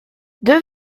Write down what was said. deux